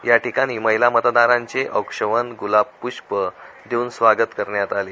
या ठिकाणी महिला मतदारांचे औक्षवण गुलाबपुष्य देऊन स्वागत करण्यात आले